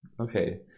Okay